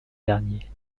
dernier